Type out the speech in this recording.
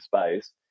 space